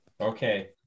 Okay